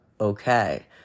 okay